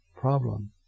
problem